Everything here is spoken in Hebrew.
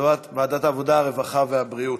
ועדת העבודה, הרווחה והבריאות.